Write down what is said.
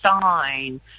sign